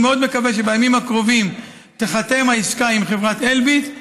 אני מאוד מקווה שבימים הקרובים תיחתם העסקה עם חברת אלביט,